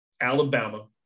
Alabama